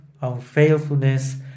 unfaithfulness